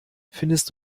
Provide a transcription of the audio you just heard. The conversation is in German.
findest